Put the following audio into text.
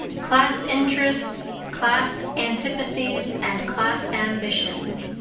class interests, class antipathies and class ambitions.